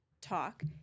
talk